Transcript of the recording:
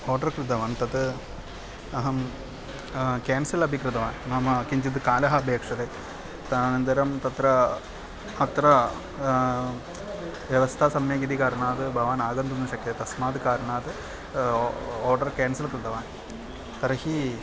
order कृतवान् तत् अहं केन्सल् अपि कृतवान् नाम किञ्चित् कालः अपेक्षते तदनन्तरं तत्र अत्र व्यवस्था सम्यगिति कारणात् भवान् आगन्तुं न शक्यते तस्मात् कारणात् आर्डर् केन्सल् कृतवान् तर्हि